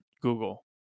Google